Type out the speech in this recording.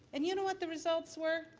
and you know what the results were?